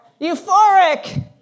Euphoric